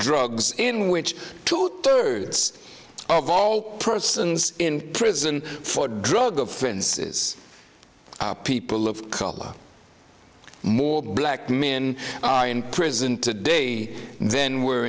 drugs in which two turrets of all persons in prison for drug offenses are people of color more black men are in prison today then were